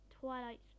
Twilight